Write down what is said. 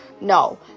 No